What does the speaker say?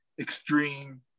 extreme